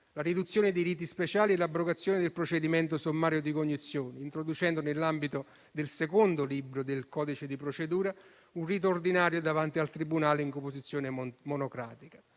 la riduzione dei riti speciali, l'abrogazione del procedimento sommario di cognizione, introducendo nell'ambito del secondo libro del codice di procedura un rito ordinario davanti al tribunale in composizione monocratica.